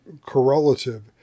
correlative